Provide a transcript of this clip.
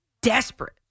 desperate